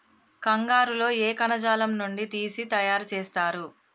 కంగారు లో ఏ కణజాలం నుండి తీసి తయారు చేస్తారు?